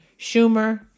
Schumer